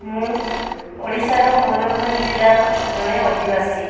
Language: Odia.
ମୁଁ ଓଡ଼ିଶାର ମୟୂରଭଞ୍ଜ ଜିଲ୍ଲାର ଜଣେ ଅଧିବାସୀ